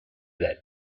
that